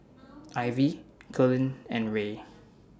Ivey Cullen and Rae